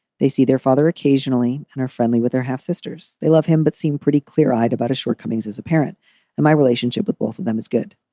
they see their father occasionally and are friendly with their half sisters. they love him, but seem pretty clear eyed about his shortcomings as a parent. and my relationship with both of them is good.